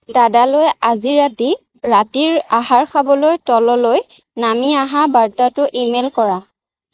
দাদালৈ আজি ৰাতি ৰাতিৰ আহাৰ খাবলৈ তললৈ নামি আহা বাৰ্তাটো ইমেইল কৰা